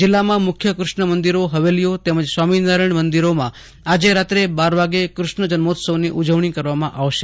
જિલ્લામાં મુખ્ય કૃષ્ણ મંદિરો હવેલીયો તેમજ સ્વામી નારાયણ મંદિરોમાં આજે રાત્રે બાર વાગ્યે ક્રષ્ણ જન્મોત્સવની ઉજવણી કરવામાં આવશે